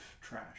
trash